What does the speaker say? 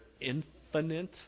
infinite